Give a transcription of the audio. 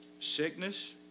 sickness